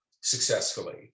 successfully